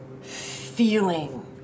feeling